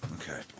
Okay